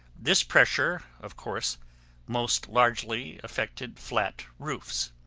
this pressure of course most largely effected flat roofs.